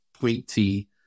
pointy